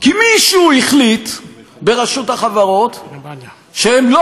כי מישהו החליט ברשות החברות שהם לא